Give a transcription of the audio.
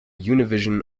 univision